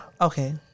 Okay